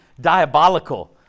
diabolical